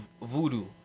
voodoo